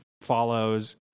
follows